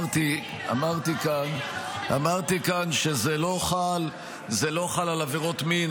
אמרתי כאן שזה לא חל על עבירות מין,